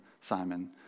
Simon